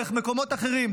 דרך מקומות אחרים,